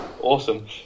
awesome